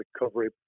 recovery